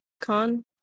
con